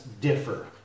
differ